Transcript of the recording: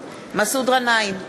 מסעוד גנאים,